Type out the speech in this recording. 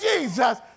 Jesus